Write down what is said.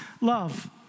Love